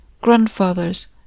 grandfathers